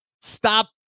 Stop